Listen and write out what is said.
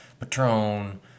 Patron